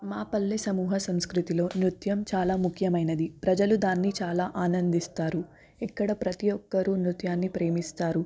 మా పల్లె సమూహ సంస్కృతిలో నృత్యం చాలా ముఖ్యమైనది ప్రజలు దాన్ని చాలా ఆనందిస్తారు ఇక్కడ ప్రతి ఒక్కరూ నృత్యాన్ని ప్రేమిస్తారు